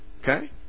Okay